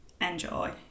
enjoy